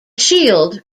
shield